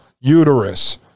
uterus